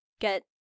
get